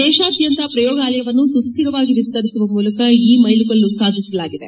ದೇಶಾದ್ದಂತ ಪ್ರಯೋಗಾಲಯಗಳನ್ನು ಸುಸ್ವಿರವಾಗಿ ವಿಸ್ತರಿಸುವ ಮೂಲಕ ಈ ಮೈಲುಗಲ್ಲು ಸಾಧಿಸಿದೆ